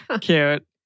Cute